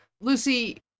lucy